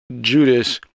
Judas